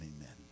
amen